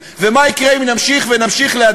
וגם אם לפעמים זה מוצא חן